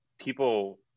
People